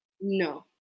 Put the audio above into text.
No